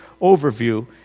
overview